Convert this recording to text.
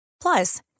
Plus